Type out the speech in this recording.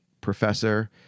professor